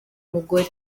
mugore